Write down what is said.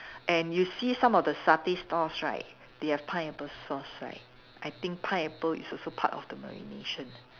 and you see some of the satay stores right they have pineapple sauce right I think pineapple is also part of the marination